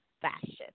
fashion